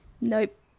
Nope